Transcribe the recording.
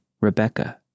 Rebecca